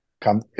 come